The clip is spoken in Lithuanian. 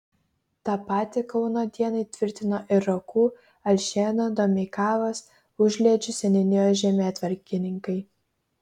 tą patį kauno dienai tvirtino ir rokų alšėnų domeikavos užliedžių seniūnijos žemėtvarkininkai